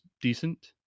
decent